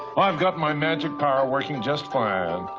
i've got my magic power working just fine.